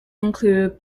include